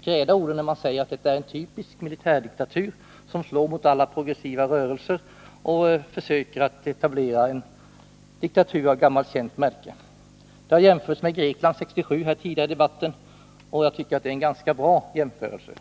skräda orden utan att säga att detta är en typisk militärdiktatur, som slår mot alla progressiva rörelser och som försöker etablera en diktatur av gammalt känt märke. Det har tidigare i debatten gjorts jämförelser med Grekland 1967. Jag tycker att det är en ganska bra jämförelse.